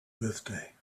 birthday